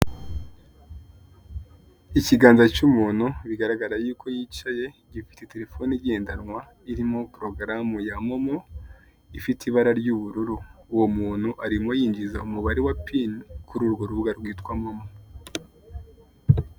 Ikiganza cy'umuntu bigaragara yuko yicaye gifite telefone igendanwa irimo porogaramu ya momo ifite ibara ry'ubururu uwo muntu arimo yinjiza umubare wa pini kuri urwo rubuga rwitwa momo.